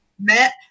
met